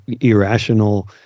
irrational